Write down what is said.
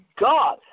God